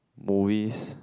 movies